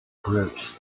groups